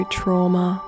trauma